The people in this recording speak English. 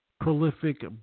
prolific